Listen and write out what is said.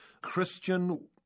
Christian